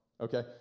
Okay